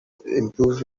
improves